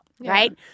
right